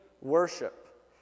worship